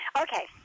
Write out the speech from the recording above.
Okay